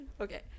Okay